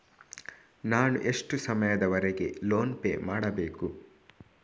ನಾನು ಎಷ್ಟು ಸಮಯದವರೆಗೆ ಲೋನ್ ಪೇ ಮಾಡಬೇಕು?